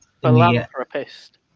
Philanthropist